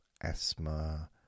asthma